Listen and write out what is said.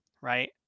right